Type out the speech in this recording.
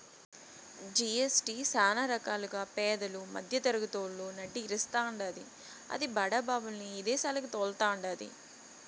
GST సానా రకాలుగా పేదలు, మద్దెతరగతోళ్ళు నడ్డి ఇరస్తాండాది, అది బడా బాబుల్ని ఇదేశాలకి తోల్తండాది